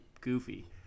goofy